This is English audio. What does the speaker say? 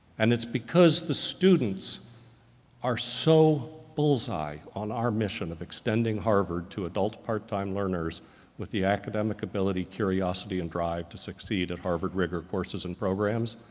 and it's because the students are so bullseye on our mission of extending harvard to adult part-time learners with the academic ability, curiosity, and drive to succeed at harvard rigor of courses and programs.